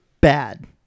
bad